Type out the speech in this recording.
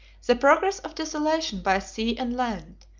the progress of desolation by sea and land,